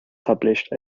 published